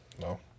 No